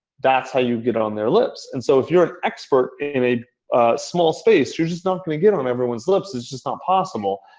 that's how you get on their lips. and so if you're an expert in a small space, you're just not going to get on everyone's lips. it's just not possible.